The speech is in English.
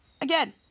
Again